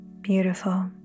Beautiful